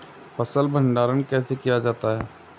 फ़सल भंडारण कैसे किया जाता है?